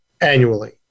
annually